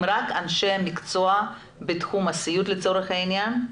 רק אנשי המקצוע בתחום הסיעוד לצורך העניין,